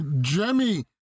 Jemmy